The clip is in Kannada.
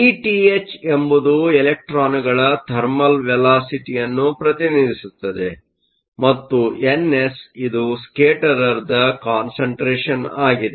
ವಿಟಿಹೆಚ್ ಎಂಬುದು ಎಲೆಕ್ಟ್ರಾನ್ಗಳ ಥರ್ಮಲ್ ವೇಲಸಿಟಿಯನ್ನು ಪ್ರತಿನಿಧಿಸುತ್ತದೆ ಮತ್ತು ಎನ್ಎಸ್ ಇದು ಸ್ಕೇಟರರ್ದ ಕಾನ್ಸಂಟ್ರೇಷನ್ ಆಗಿದೆ